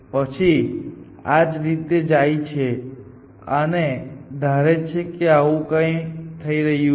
પછી તે આ રીતે જાય છે અને ધારે છે કે આવું જ કંઈક થઈ રહ્યું છે